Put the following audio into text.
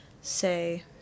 say